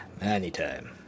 anytime